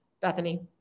Bethany